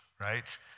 right